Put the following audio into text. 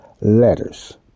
letters